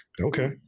Okay